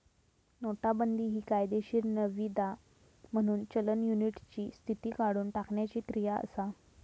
नोटाबंदी हि कायदेशीर निवीदा म्हणून चलन युनिटची स्थिती काढुन टाकण्याची क्रिया असा